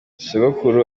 sogokuru